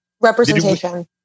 Representation